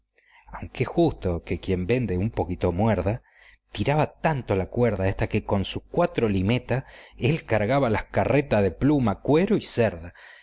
aunque es justo que quien vende algún poquito muerda tiraba tanto la cuerda que con sus cuatro limetas él cargaba las carretas de plumas cueros y cerda